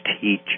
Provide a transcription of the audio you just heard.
teach